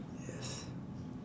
yes